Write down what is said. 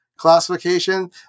Classification